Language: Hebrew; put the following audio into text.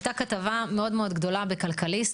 הייתה כתבה מאוד מאוד גדולה ב"כלכליסט",